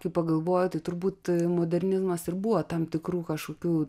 kai pagalvoju tai turbūt modernizmas ir buvo tam tikrų kažkokių